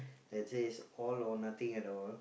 that says all or nothing at all